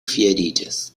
fieriĝas